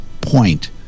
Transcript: point